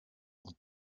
und